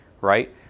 right